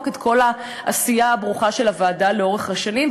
את כל העשייה הברוכה של הוועדה לאורך השנים,